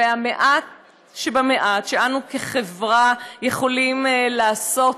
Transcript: והמעט שבמעט שאנחנו כחברה יכולים לעשות,